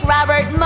Robert